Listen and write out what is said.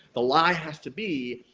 the lie has to be,